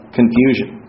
confusion